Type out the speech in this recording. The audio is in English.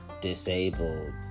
disabled